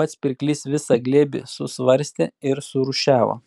pats pirklys visą glėbį susvarstė ir surūšiavo